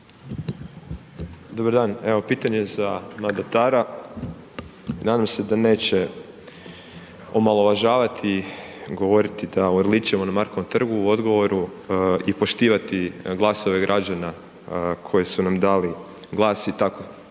Dobar dan. Evo, pitanje za mandatara, nadam se da neće omalovažavati i govoriti da urličemo na Markovom trgu u odgovoru i poštivati glasove građana koji su nam dali glas i tako